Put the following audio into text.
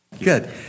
Good